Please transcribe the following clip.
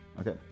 Okay